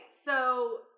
So-